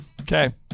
Okay